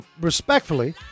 respectfully